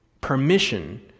Permission